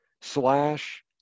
slash